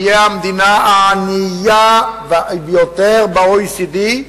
נהיה המדינה הענייה ביותר ב-OECD,